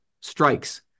strikes